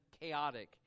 chaotic